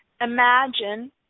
Imagine